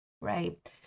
Right